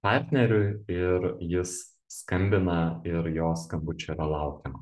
partneriui ir jis skambina ir jo skambučio yra laukiama